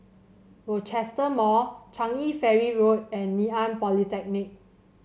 Rochester Mall Changi Ferry Road and Ngee Ann Polytechnic